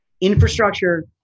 infrastructure